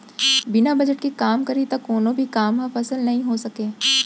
बिना बजट के काम करही त कोनो भी काम ह सफल नइ हो सकय